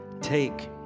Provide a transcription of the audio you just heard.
take